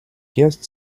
guest